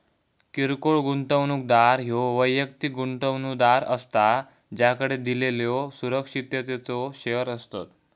किरकोळ गुंतवणूकदार ह्यो वैयक्तिक गुंतवणूकदार असता ज्याकडे दिलेल्यो सुरक्षिततेचो शेअर्स असतत